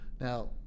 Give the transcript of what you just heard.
Now